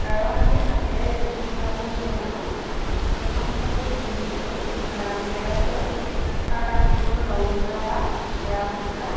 কাৰণ আমি হাতেৰে যিখন কাপোৰ বৈ লওঁ সেইখন কাপোৰ পিন্ধিবলৈ আৰামদায়ক হয় আৰু তাত কোনো ৰং যোৱা বা বেয়া হৈ যোৱা